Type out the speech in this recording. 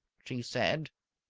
she said.